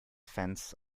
fence